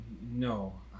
No